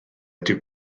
ydyw